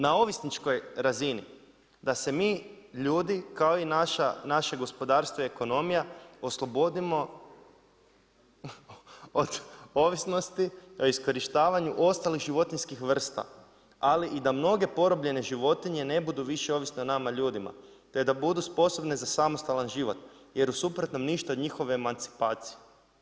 Na ovisničkoj razini, da se mi ljudi, kao i naše gospodarstvo i ekonomija oslobodimo od ovisnosti, pri iskorištavanju ostalih životinjskih vrsta, ali i da mnoge porobljene životinje ne budu više ovisne o nama ljudima, te da budu sposobne za samostalan život, jer u suprotnom ništa od njihove emancipacije.